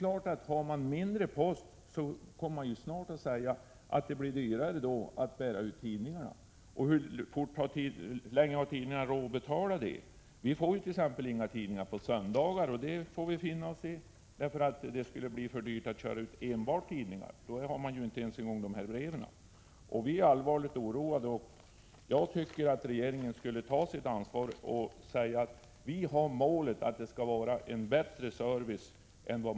Har man då mindre post, kommer man naturligtvis snart att säga att det skall bli dyrare att bära ut tidningar. Hur lång tid har tidningarna råd att betala det? Vi får t.ex. inga tidningar på söndagar. Vi får finna oss i det, för det skulle bli för dyrt att köra ut enbart tidningar. På söndagarna delar man ju inte ut brev. Vi är allvarligt oroade. Jag tycker att regeringen borde ta sitt ansvar och säga: Vi har målet att det skall bli en bättre service.